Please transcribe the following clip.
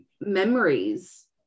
memories